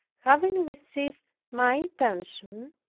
having received my pension,